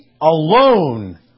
alone